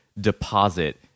deposit